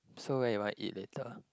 so where you want eat later